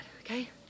okay